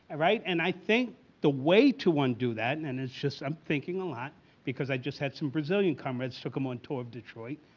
right? and i think the way to undo that, and and it's just i'm thinking a lot because i just had some brazilian comrades, took him on tour of detroit,